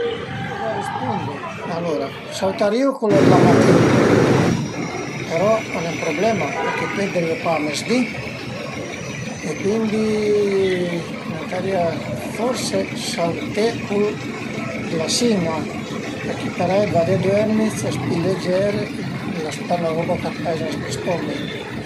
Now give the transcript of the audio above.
Al e dificil da respundi: alura sautarìu cula d'la matin però al e ën problema përché pöi arive pa a mezdì e cuindi ëntarìa forsi sauté cul d'la sin-a përché parei vade dörmi, s'es pi leger, l'as pa la roba ch'a peiza s'lë stommi